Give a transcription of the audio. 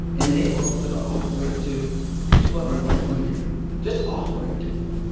and they were going to offer it to two other white women just offer it to them.